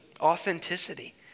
authenticity